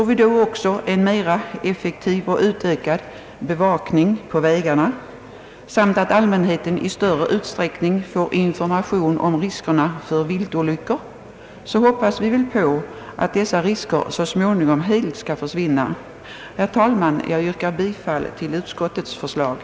Om vi då också får en utökad och effektivare bevakning av vägarna och om allmänheten i större utsträckning får information om riskerna för viltolyckor, hoppas vi att dessa risker så småningom helt skall försvinna. Herr talman! Jag yrkar bifall till utskottets hemställan.